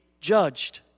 judged